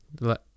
let